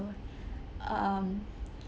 um